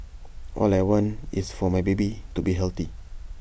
all I want is for my baby to be healthy